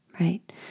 right